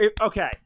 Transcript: Okay